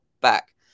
back